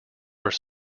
were